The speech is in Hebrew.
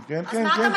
כן, כן, כן.